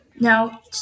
Now